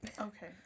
Okay